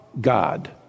God